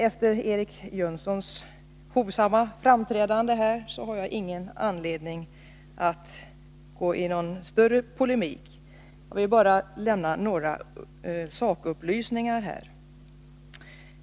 Efter Eric Jönssons hovsamma framträdande här har jag ingen anledning att gå in i någon större polemik, utan jag vill bara lämna några sakupplysningar.